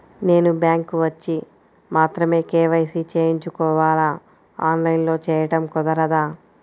నేను బ్యాంక్ వచ్చి మాత్రమే కే.వై.సి చేయించుకోవాలా? ఆన్లైన్లో చేయటం కుదరదా?